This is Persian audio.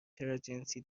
تراجنسی